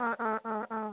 ആ ആ ആ ആ